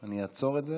אני אעצור את זה